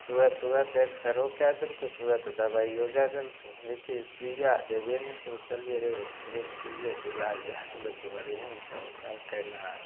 तुरन्त तुरन्त एक्सरेओ कै देलकौ तुरन्त दवाइओ दै देलकौ देखी सुइआ देबे नहि केलकै कहलिए रे बिन सुइएके इलाज भै गेलौ तऽ बढ़िएँ ने छौ कहलकै नहि